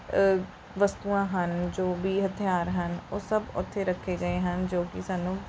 ਵਸਤੂਆਂ ਹਨ ਜੋ ਵੀ ਹਥਿਆਰ ਹਨ ਉਹ ਸਭ ਉਥੇ ਰੱਖੇ ਗਏ ਹਨ ਜੋ ਕਿ ਸਾਨੂੰ